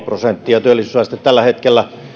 prosenttia työllisyysaste tällä hetkellä